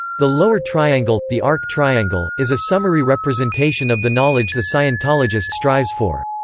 the lower triangle, the arc triangle, is a summary representation of the knowledge the scientologist strives for.